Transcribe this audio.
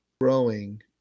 growing